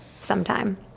sometime